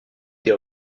des